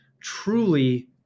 truly